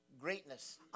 greatness